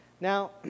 Now